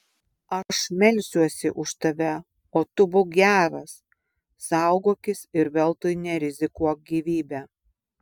aš melsiuosi už tave o tu būk geras saugokis ir veltui nerizikuok gyvybe